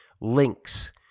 links